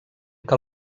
que